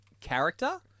character